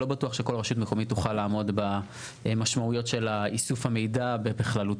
לא בטוח שכל רשות מקומית תוכל לעמוד במשמעויות של איסוף המידע בכללותו.